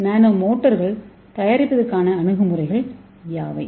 நானோ மோட்டார்கள் தயாரிப்பதற்கான அணுகுமுறைகள் யாவை